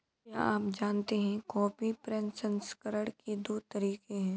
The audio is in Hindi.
क्या आप जानते है कॉफी प्रसंस्करण के दो तरीके है?